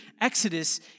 exodus